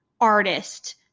artist